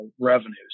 revenues